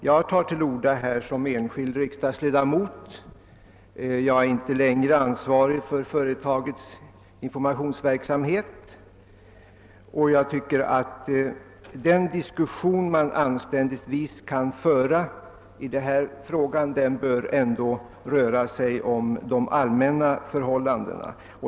Jag tar till orda här som enskild riksdagsledamot, och jag är sedan ett år tillbaka inte längre ansvarig för företagets informationsverksamhet. Den diskussion man anständigtvis kan föra i denna fråga bör ändå röra sig om de allmänna förhållandena.